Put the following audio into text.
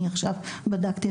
אני עכשיו בדקתי,